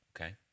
Okay